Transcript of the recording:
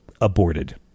aborted